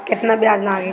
केतना ब्याज लागी?